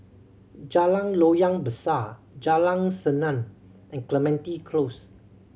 Jalan Loyang Besar Jalan Senang and Clementi Close